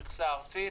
המכסה הארצית).